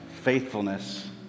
faithfulness